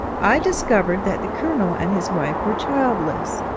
i discovered that the colonel and his wife were childless,